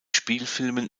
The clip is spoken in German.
spielfilmen